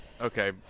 okay